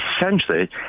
essentially